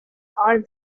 are